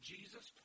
Jesus